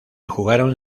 jugaron